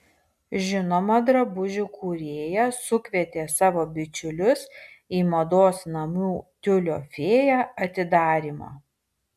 žinoma drabužių kūrėja sukvietė savo bičiulius į mados namų tiulio fėja atidarymą